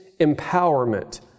empowerment